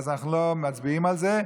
אנחנו לא מצביעים על זה.